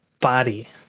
body